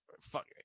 Fuck